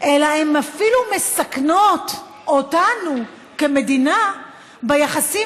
אלא הן אפילו מסכנות אותנו כמדינה ביחסים